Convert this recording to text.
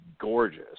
gorgeous